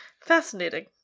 Fascinating